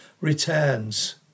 returns